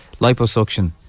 liposuction